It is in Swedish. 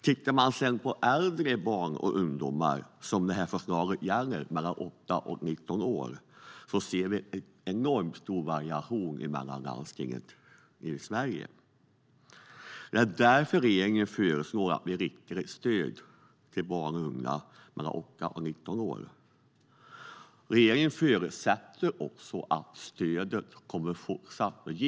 Tittar man på de äldre barn och ungdomar som det här förslaget gäller, de mellan 8 och 19 år, kan man se enormt stor variation mellan landstingen i Sverige. Det är därför regeringen föreslår att vi riktar ett stöd till barn och unga mellan 8 och 19 år. Regeringen förutsätter att stödet till barn under 7 år fortsatt kommer att